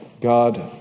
God